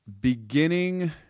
beginning